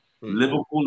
Liverpool